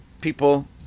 people